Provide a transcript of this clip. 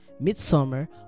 midsummer